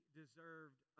deserved